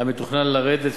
ומתוכנן להורידו,